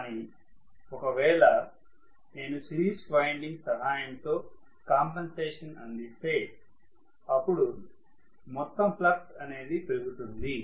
కానీ ఒకవేళ నేను సిరీస్ వైండింగ్ సహాయంతో కాంపెన్సేషన్ అందిస్తే అప్పుడు మొత్తం ఫ్లక్స్ అనేది పెరుగుతుంది